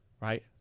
right